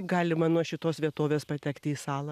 galima iš šitos vietovės patekti į salą